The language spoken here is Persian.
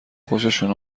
خوششون